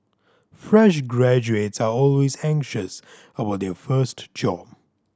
fresh graduates are always anxious about their first job